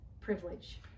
privilege